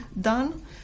done